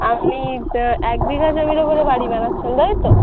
আপনি এক বিঘা জমির ওপরে বাড়ি বানাচ্ছেন তাই তো